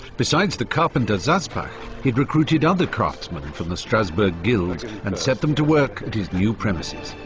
besides the carpenter saspach he'd recruited other craftsmen from the strasbourg guilds and set them to work at his new premises.